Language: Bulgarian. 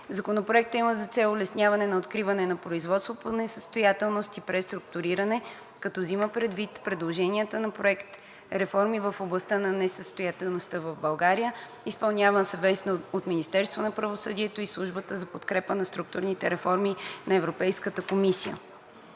Законопроектът има за цел улесняване на откриване на производство по несъстоятелност и преструктуриране, като взима предвид предложенията на Проект „Реформи в областта на несъстоятелността в България“, изпълняван съвместно от Министерството на правосъдието и Службата за подкрепа на структурните реформи на Европейската комисия.